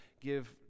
give